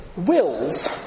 Wills